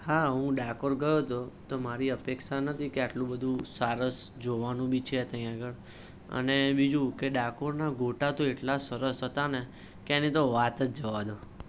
હા હું ડાકોર ગયો હતો તો મારી અપેક્ષા નહોતી કે આટલું બધું સરસ જોવાનું બી છે ત્યાં આગળ અને બીજું કે ડાકોરના ગોટા તો એટલા સરસ હતા ને કે એની તો વાત જ જવા દો